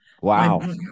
Wow